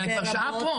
אבל אני כבר שעה פה,